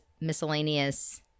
miscellaneous